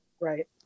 Right